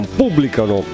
pubblicano